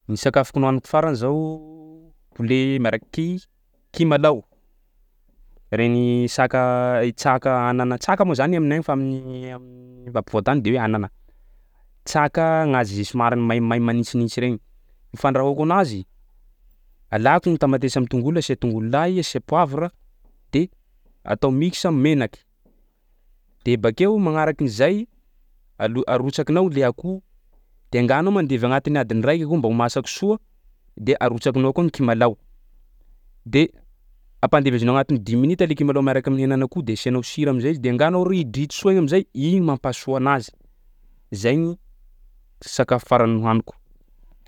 Ny sakafoko nohaniko farany zao poulet miaraky kimalaho, regny saka- traka anana traka moa zany aminay agny fa amin'ny am- am-povoantany de hoe anana. Traka gn'azy somary maimay manitsinitsy regny. Ny fandrahoiko anazy: alako ny tamatesy am'tongolo asià tongolo lay, asià poavra de atao mixe am'menaky de bakeo magnarakin'zay alo- arotsakinao le akoho de enganao mandevy agnatin'ny adiny raiky ho mba ho masaky soa de arotsakinao koa ny kimalaho de ampandevezinao agnatin'ny dix minutes le kimalaho miaraky amin'ny henan'akoho de asianao sira am'zay izy de enganao ridritry soa igny am'zay igny mampasoa anazy, zay ny sakafo farany nohaniko.